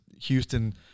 Houston